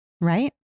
right